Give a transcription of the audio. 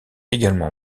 également